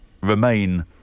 Remain